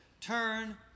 turn